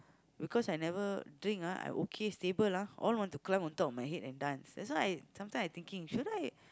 because I never drink ah I okay I stable ah all want to climb on top of my head and dance so that's why I sometimes I thinking should I